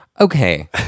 Okay